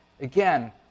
again